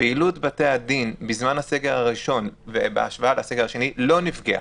פעילות בתי-הדין בזמן הסגר הראשון ובהשוואה לסגר השני לא נפגעה.